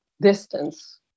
distance